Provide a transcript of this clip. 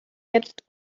jetzt